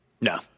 No